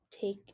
take